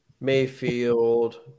Mayfield